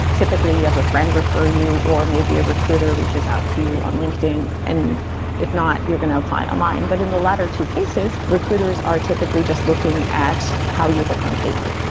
typically you have a friend refer you, or maybe a recruiter reaches out to you on linkedin. and if not, you're going to apply online but in the latter two cases, recruiters are typically just looking at how you look on paper.